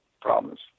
problems